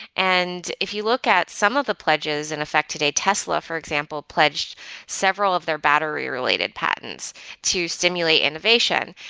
and if you look at some of the pledges in effect today, tesla, for example, pledged several of their battery related patents to stimulate innovation.